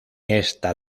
esta